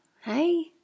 hey